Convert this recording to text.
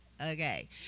Okay